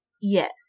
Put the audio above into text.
Yes